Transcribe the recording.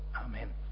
Amen